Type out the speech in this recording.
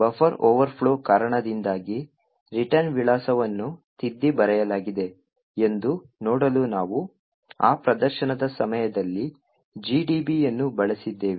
buffer overflow ಕಾರಣದಿಂದಾಗಿ return ವಿಳಾಸವನ್ನು ತಿದ್ದಿ ಬರೆಯಲಾಗಿದೆ ಎಂದು ನೋಡಲು ನಾವು ಆ ಪ್ರದರ್ಶನದ ಸಮಯದಲ್ಲಿ GDB ಯನ್ನು ಬಳಸಿದ್ದೇವೆ